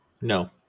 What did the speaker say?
No